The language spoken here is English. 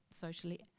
socially